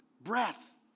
breath